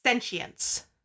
sentience